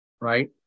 right